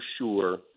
sure